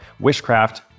Wishcraft